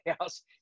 house